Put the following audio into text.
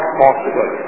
possible